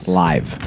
live